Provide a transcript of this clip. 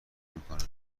میکنه